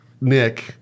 Nick